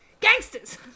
Gangsters